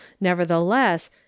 Nevertheless